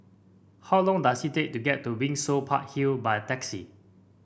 how long does it take to get to Windsor Park Hill by taxi